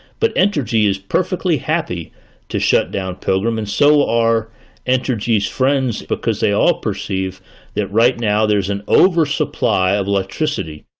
but entergy is perfectly happy to shut down pilgrim, and so our entergy's friends because they all perceive that right now there's an oversupply of electricity.